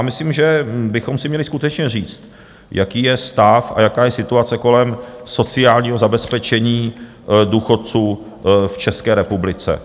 Myslím, že bychom si měli skutečně říci, jaký je stav a jaká je situace kolem sociálního zabezpečení důchodců v České republice.